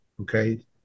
okay